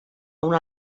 una